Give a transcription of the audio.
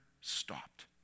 stopped